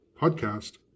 podcast